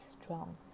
strong